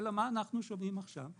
מה אנחנו שומעים עכשיו?